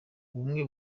ubumwe